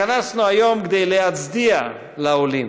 התכנסנו היום כדי להצדיע לעולים: